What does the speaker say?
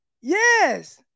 Yes